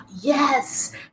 yes